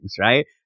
right